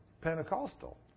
Pentecostal